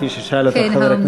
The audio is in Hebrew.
כפי ששאל אותך חבר הכנסת הנגבי.